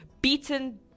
beaten